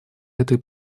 этой